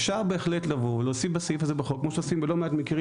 אפשר בהחלט לבוא להוסיף בסעיף הזה בחוק כמו שעושים בלא מעט מקרים